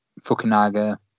fukunaga